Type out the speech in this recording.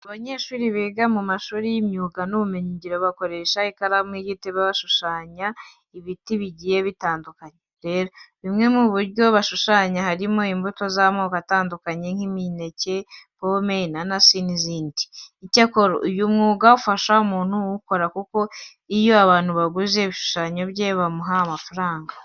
Abanyeshuri biga mu mashuri y'imyuga n'ubumenyingiro bakoresha ikaramu y'igiti bagashushanya ibintu bigiye bitandukanye. Rero bimwe mu byo bashushanya harimo imbuto z'amoko atandukanye nk'imineke, pome, inanasi n'izindi. Icyakora uyu mwuga ufasha umuntu uwukora kuko iyo abantu baguze ibishushanyo bye bamuha amafaranga.